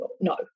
no